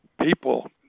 people